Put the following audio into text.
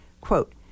Quote